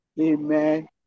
amen